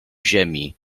ziemi